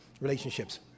relationships